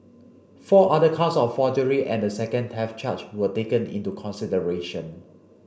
four other counts of forgery and a second theft charge were taken into consideration